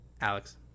Alex